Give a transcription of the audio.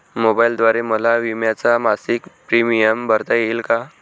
मोबाईलद्वारे मला विम्याचा मासिक प्रीमियम भरता येईल का?